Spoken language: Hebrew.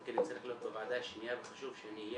כי אני צריך להיות בוועדה השנייה וחשוב שנהיה.